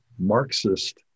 Marxist